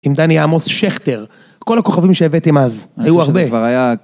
עם דני עמוס שכטר, כל הכוכבים שהבאתם אז, היו הרבה.